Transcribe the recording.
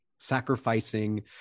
sacrificing